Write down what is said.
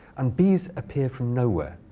and bees appear from nowhere.